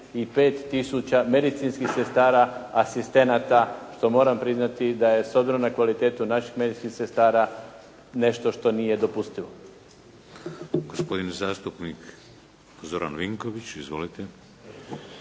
25 tisuća medicinskih sestara asistenata što moram priznati da je s obzirom na kvalitetu naših medicinskih sestara nešto što nije dopustivo. **Šeks, Vladimir (HDZ)** Gospodin zastupnik Zoran Vinković. Izvolite.